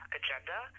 agenda